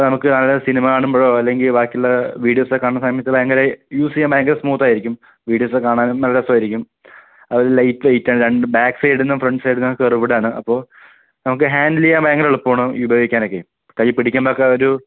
ഇപ്പം നമുക്ക് നല്ല ഒരു സിനിമ കാണുമ്പോഴോ അല്ലെങ്കിൽ ബാക്കിയുള്ള വീഡിയോസൊക്കെ കാണുന്ന സമയത്ത് ഭയങ്കര യൂസ് ചെയ്യാൻ ഭയങ്കര സ്മൂത്താരിക്കും വീഡിയോസൊക്കെ കാണാനും നല്ല രസമായിരിക്കും അത് ലൈറ്റ് വെയ്റ്റാണ് രണ്ട് ബാക്ക് സൈഡിൽ നിന്നും ഫ്രണ്ട് സൈഡിൽ നിന്നും കർവ്ഡാണ് അപ്പോൾ നമുക്ക് ഹാൻഡിൽ ചെയ്യാൻ ഭയങ്കര എളുപ്പമാണ് ഉപയോഗിക്കാനൊക്കെ കൈ പിടിക്കുമ്പം ഒക്കെ ഒരു